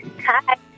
Hi